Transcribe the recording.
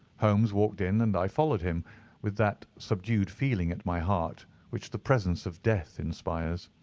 holmes walked in, and i followed him with that subdued feeling at my heart which the presence of death inspires.